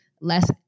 less